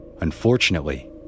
Unfortunately